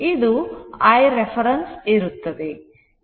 ಇದು I reference ಇರುತ್ತದೆ